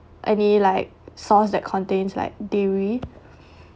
any like sauce that contains like dairy